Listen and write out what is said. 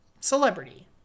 celebrity